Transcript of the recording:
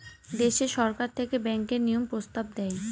দেশে সরকার থেকে ব্যাঙ্কের নিয়ম প্রস্তাব দেয়